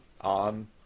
on